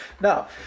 Now